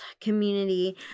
community